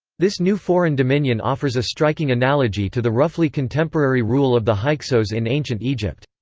this new foreign dominion offers a striking analogy to the roughly contemporary rule of the hyksos in ancient egypt.